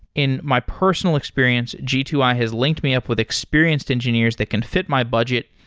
in my personal experience, g two i has linked me up with experienced engineers that can fit my budget,